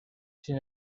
sin